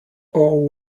old